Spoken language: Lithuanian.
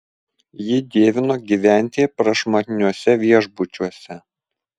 ji dievino gyventi prašmatniuose viešbučiuose